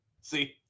See